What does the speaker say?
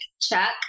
check